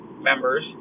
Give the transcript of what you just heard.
members